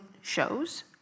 shows